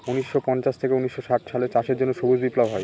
উনিশশো পঞ্চাশ থেকে উনিশশো ষাট সালে চাষের জন্য সবুজ বিপ্লব হয়